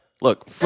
Look